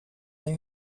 they